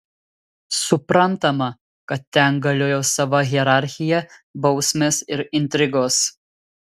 suprantama kad ten galiojo sava hierarchija bausmės ir intrigos